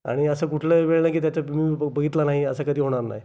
आणि असं कुठलंही वेळ नाही की त्याचा मूवी मी ब बघितला नाही असं कधी होणार नाही